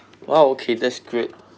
!wow! okay that's great